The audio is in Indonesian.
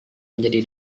menjadi